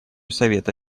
совета